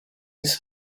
his